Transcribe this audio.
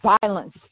violence